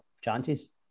chances